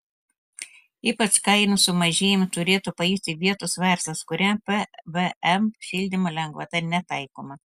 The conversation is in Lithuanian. ypač kainų sumažėjimą turėtų pajusti vietos verslas kuriam pvm šildymo lengvata netaikoma